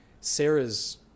Sarah's